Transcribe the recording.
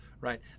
right